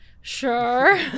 sure